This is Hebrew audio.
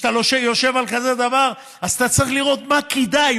כשאתה יושב על כזה דבר אז אתה צריך לראות מה כדאי,